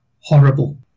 horrible